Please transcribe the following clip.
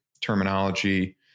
terminology